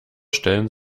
stellen